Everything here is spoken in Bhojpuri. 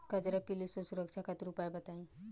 कजरा पिल्लू से सुरक्षा खातिर उपाय बताई?